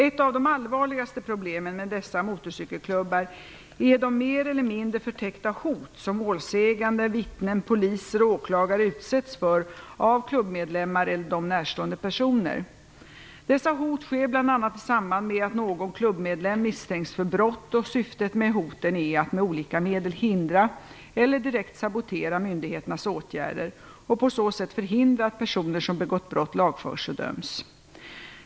Ett av de allvarligaste problemen med dessa motorcykelklubbar är de mer eller mindre förtäckta hot som målsägande, vittnen, poliser och åklagare utsätts för av klubbmedlemmar eller av dem närstående personer. Dessa hot sker bl.a. i samband med att någon klubbmedlem misstänks för brott, och syftet med hoten är att med olika medel hindra eller direkt sabotera myndigheternas åtgärder och på så sätt förhindra att personer som begått brott lagförs och döms.